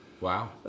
Wow